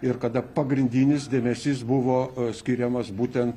ir kada pagrindinis dėmesys buvo skiriamas būtent